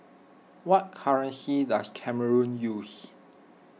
what currency does Cameroon use